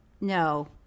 no